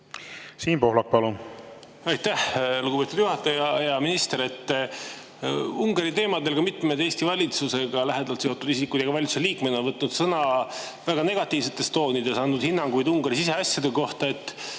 Siim Pohlak, palun! Aitäh, lugupeetud juhataja! Hea minister! Ungari-teemadel on mitmed Eesti valitsusega lähedalt seotud isikud ja ka valitsuse liikmed võtnud sõna väga negatiivsetes toonides, andnud hinnanguid Ungari siseasjade kohta.